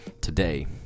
Today